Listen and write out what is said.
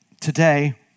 today